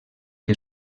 que